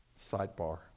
Sidebar